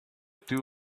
two